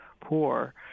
poor